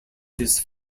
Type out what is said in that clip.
his